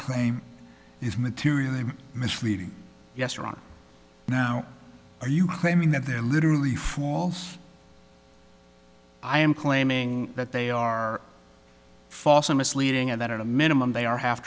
claim is materially misleading yes wrong now are you claiming that they're literally false i am claiming that they are false or misleading and that at a minimum they are half